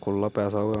खु'ल्ला पैसा होऐ